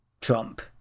Trump